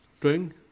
drink